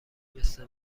مثل